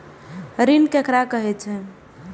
ऋण ककरा कहे छै?